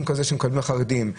סכום כזה שמקבלים החרדים.